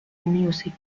music